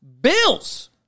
Bills